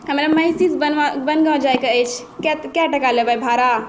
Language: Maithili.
हमरा महिषीसँ वनगाँव जैबाक अछि कए टका लेबै भाड़ा